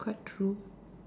quite true